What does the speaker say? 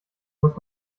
muss